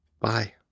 Bye